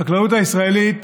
החקלאות הישראלית